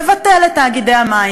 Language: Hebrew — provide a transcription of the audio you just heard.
לבטל את תאגידי המים.